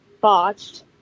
botched